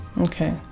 Okay